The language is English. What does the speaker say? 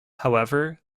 however